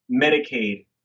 Medicaid